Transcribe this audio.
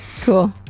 Cool